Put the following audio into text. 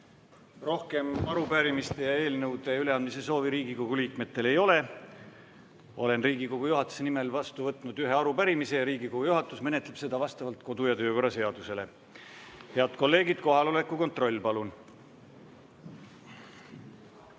Rohkem arupärimiste ja eelnõude üleandmise soovi Riigikogu liikmetel ei ole. Olen Riigikogu juhatuse nimel vastu võtnud ühe arupärimise ja Riigikogu juhatus menetleb seda vastavalt kodu- ja töökorra seadusele. Head kolleegid, kohaloleku kontroll, palun!